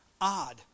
odd